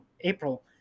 April